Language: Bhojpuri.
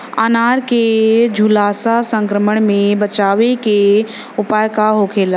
अनार के झुलसा संक्रमण से बचावे के उपाय का होखेला?